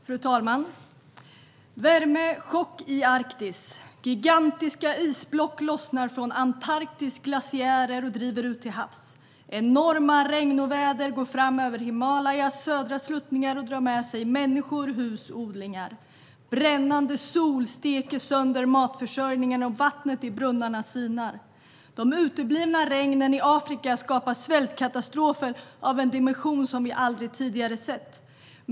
Fru talman! Vi ser en värmechock i Arktis. Gigantiska isblock lossnar från Antarktis glaciärer och driver ut till havs. Enorma regnoväder går fram över Himalayas södra sluttningar och drar med sig människor, hus och odlingar. Brännande sol steker sönder matförsörjningen, och vattnet i brunnarna sinar. De uteblivna regnen i Afrika skapar svältkatastrofer av en dimension som vi aldrig tidigare har sett.